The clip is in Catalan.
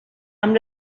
amb